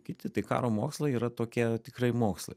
kiti tai karo mokslai yra tokie tikrai mokslai